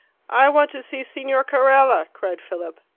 i want to see signor carella, cried philip.